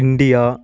India